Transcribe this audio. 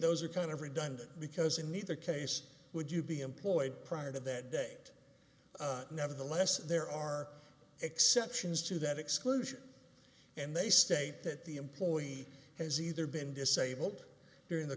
those are kind of redundant because in neither case would you be employed prior to that day nevertheless there are exceptions to that exclusion and they state that the employee has either been disabled during the